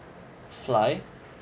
fly